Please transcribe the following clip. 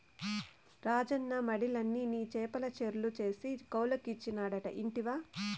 రాజన్న మడిలన్ని నీ చేపల చెర్లు చేసి కౌలుకిచ్చినాడట ఇంటివా